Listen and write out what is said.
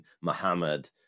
Muhammad